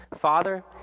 Father